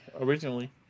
originally